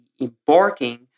embarking